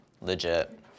Legit